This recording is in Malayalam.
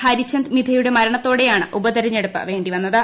ഹരിചന്ദ് മിഥയുടെ മരണത്തോടെയാണ് ഉപതെരഞ്ഞെടുപ്പ് വേണ്ടി വന്നത്